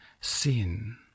sin